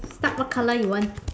start what color you want